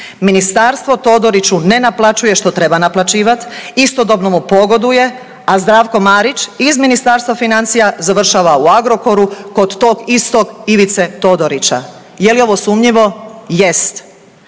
Ministarstvo Todoriću ne naplaćuje što treba naplaćivat, istodobno mu pogoduje, a Zdravko Marić iz Ministarstva financija završava u Agrokoru, kod tog istog Ivice Todorića. Je li ovo sumnjivo? Jest.